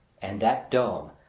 and that dome!